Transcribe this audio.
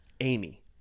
Amy